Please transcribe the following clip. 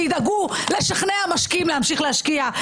שידאגו לשכנע משקיעים להמשיך להשקיע.